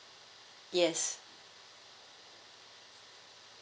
yes